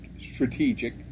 strategic